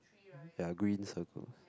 ya green circle